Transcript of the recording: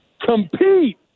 compete